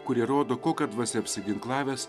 kurie rodo kokia dvasia apsiginklavęs